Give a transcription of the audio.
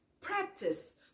Practice